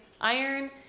iron